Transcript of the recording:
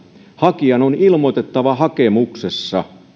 hakijan on ilmoitettava hakemuksessa